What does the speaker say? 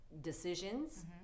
decisions